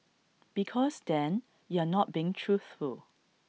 because then you're not being truthful